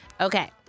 Okay